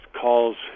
calls